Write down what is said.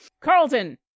Carlton